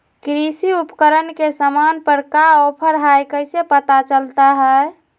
कृषि उपकरण के सामान पर का ऑफर हाय कैसे पता चलता हय?